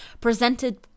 presented